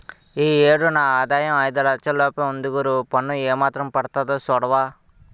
ఈ ఏడు నా ఆదాయం ఐదు లచ్చల లోపే ఉంది గురూ పన్ను ఏమాత్రం పడతాదో సూడవా